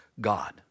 God